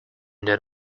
that